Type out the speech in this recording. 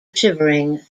shivering